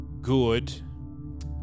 good